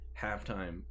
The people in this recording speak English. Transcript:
halftime